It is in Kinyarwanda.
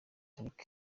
ariko